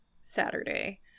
Saturday